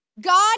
God